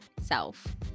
self